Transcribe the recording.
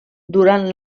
durant